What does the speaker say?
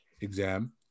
exam